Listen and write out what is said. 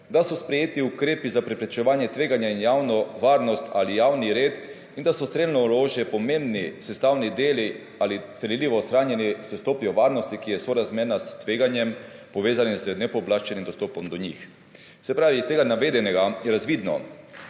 da so sprejeti ukrepi za preprečevanje tveganja in javno varnost ali javni red, **28. TRAK: (NB) – 11.15** (nadaljevanje) in da so strelno orožje pomembni sestani deli ali strelivo shranjeni s stopnjo varnosti, ki je sorazmerna s tveganjem povezane z nepooblaščenim dostopom do njih. Se pravi, iz tega navedenega je razvidno,